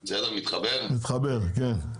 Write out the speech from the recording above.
מתחבר, כן.